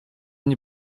nie